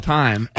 time